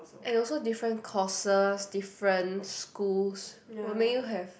and also different courses different schools will make you have